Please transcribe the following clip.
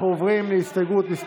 לא נלחץ לך?